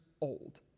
old